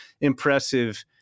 impressive